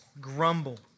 grumble